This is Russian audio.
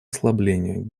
ослаблению